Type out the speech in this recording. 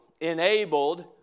enabled